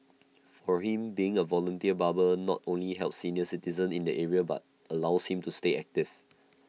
for him being A volunteer barber not only helps senior citizens in the area but allows him to stay active